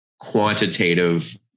quantitative